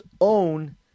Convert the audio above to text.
own